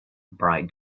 bright